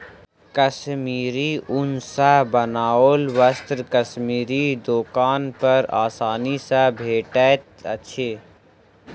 कश्मीरी ऊन सॅ बनाओल वस्त्र कश्मीरी दोकान पर आसानी सॅ भेटैत अछि